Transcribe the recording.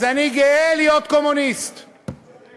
אז אני גאה להיות קומוניסט -- צודק.